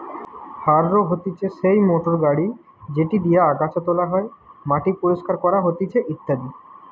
harrow হতিছে সেই motor গাড়ি যেটি দিয়া আগাছা তোলা হয়, মাটি পরিষ্কার করা হতিছে ইত্যাদি